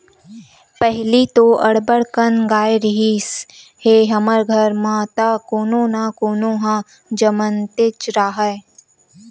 पहिली तो अब्बड़ अकन गाय रिहिस हे हमर घर म त कोनो न कोनो ह जमनतेच राहय